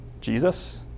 Jesus